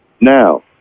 Now